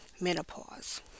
menopause